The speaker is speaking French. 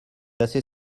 assez